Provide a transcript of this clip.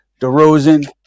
DeRozan